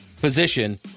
position